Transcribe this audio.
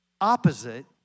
opposite